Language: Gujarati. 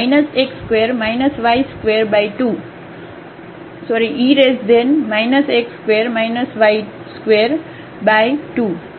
આfx0સાથે આગળ વધવું